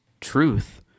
truth